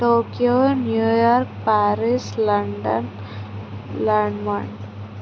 Tokyo New York Paris London landmark